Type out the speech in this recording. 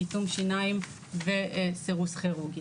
קיטום שיניים וסירוס כירורגי.